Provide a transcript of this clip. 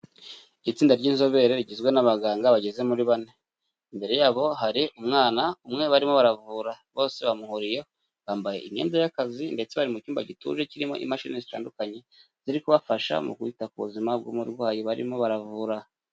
Itsinda ry'inzobere rigizwe n'abaganga bageze muri bane. Imbere yabo hari umwana umwe barimo baravura bose bamuhuriyeho, bambaye imyenda y'akazi ndetse bari mu cyumba gituje kirimo imashini zitandukanye ziri kubafasha mu kwita ku buzima bw'umurwayi barimo baravura.